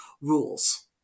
rules